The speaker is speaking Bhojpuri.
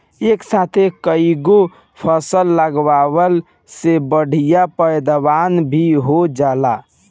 एक साथे कईगो फसल लगावला से बढ़िया पैदावार भी हो जाला